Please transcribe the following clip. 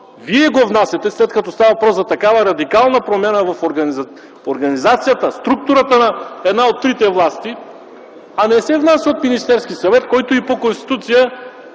вие го внасяте, след като става въпрос за такава радикална промяна в организацията, в структурата на една от трите власти, а не се внася от Министерския съвет, който по Конституция